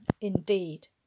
indeed